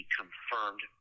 confirmed